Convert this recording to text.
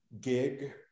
gig